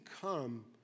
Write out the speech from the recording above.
come